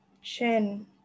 chin